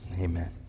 Amen